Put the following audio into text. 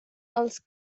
els